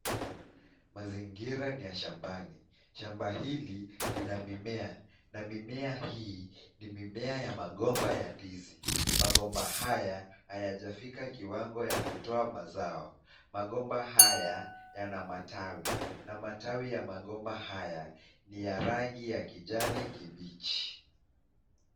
Mazingira ni ya shambani. Shamba hili lina mimea na mimea hii ni mimea ya magomba ya ndizi. Magomba haya hayajafika kiwango ya kutoa mazao. Magomba hayo yana matawi na matawi ya magomba haya ni ya rangi ya kijani kibichi.